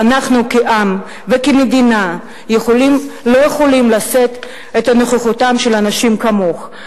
ואנחנו כעם וכמדינה לא יכולים לשאת את נוכחותם של אנשים כמוך.